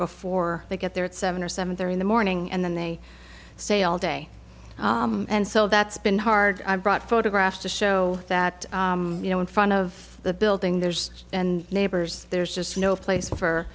before they get there at seven or seven there in the morning and then they stay all day and so that's been hard i've brought photographs to show that you know in front of the building there's and neighbors there's just no place for